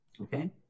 Okay